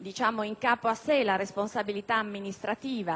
in capo a sé la responsabilità amministrativa